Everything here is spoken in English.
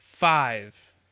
Five